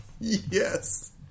Yes